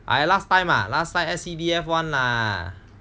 I last time ah last I S_C_D_F [one] lah